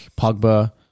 Pogba